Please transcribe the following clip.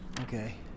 Okay